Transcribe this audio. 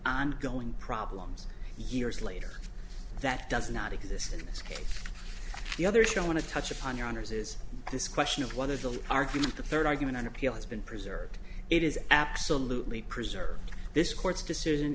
ongoing problems years later that does not exist in this case the others don't want to touch upon your honour's is this question of whether the argument the third argument on appeal has been preserved it is absolutely preserved this court's decision